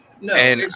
No